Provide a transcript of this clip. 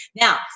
Now